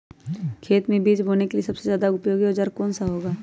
खेत मै बीज बोने के लिए सबसे ज्यादा उपयोगी औजार कौन सा होगा?